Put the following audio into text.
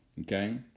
Okay